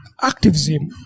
activism